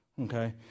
okay